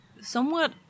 somewhat